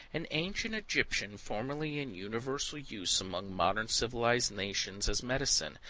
an ancient egyptian, formerly in universal use among modern civilized nations as medicine,